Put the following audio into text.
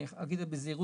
אני אגיד בזהירות,